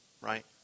Right